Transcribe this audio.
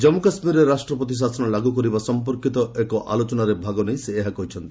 ଜାମ୍ମ କାଶ୍ୱୀରରେ ରାଷ୍ଟ୍ରପତି ଶାସନ ଲାଗୁ କରିବା ସମ୍ପର୍କୀତ ଏକ ଆଲୋଚନାରେ ଭାଗ ନେଇ ସେ ଏହା କହିଛନ୍ତି